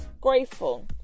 grateful